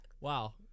Wow